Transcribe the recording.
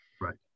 right